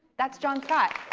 that's john scott.